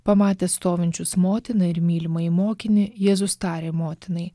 pamatęs stovinčius motiną ir mylimąjį mokinį jėzus tarė motinai